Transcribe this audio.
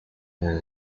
known